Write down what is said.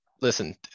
listen